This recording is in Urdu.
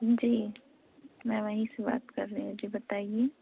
جی میں وہیں سے بات کر رہی ہوں جی بتائیے